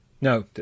No